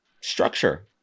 structure